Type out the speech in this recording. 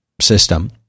system